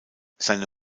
seine